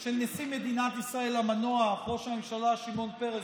של נשיא מדינת ישראל המנוח ראש הממשלה שמעון פרס,